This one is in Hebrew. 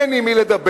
אין עם מי לדבר,